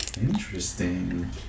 Interesting